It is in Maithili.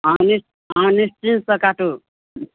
अहाँ निश्चिन्तसँ काटू